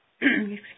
excuse